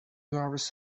hours